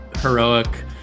heroic